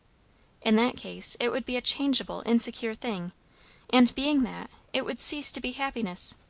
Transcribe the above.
in that case it would be a changeable, insecure thing and being that, it would cease to be happiness.